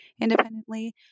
independently